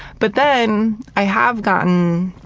but then, i have gotten